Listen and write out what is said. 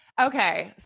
Okay